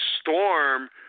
storm